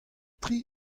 tri